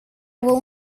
will